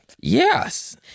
yes